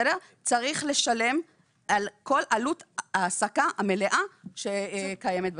צריך לשלם על כל עלות העסקה המלאה שקיימת בטבלה.